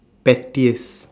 pettiest